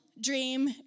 dream